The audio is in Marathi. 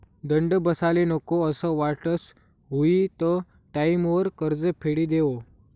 दंड बसाले नको असं वाटस हुयी त टाईमवर कर्ज फेडी देवो